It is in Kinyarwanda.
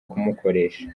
kumukoresha